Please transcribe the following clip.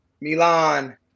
Milan